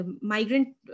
migrant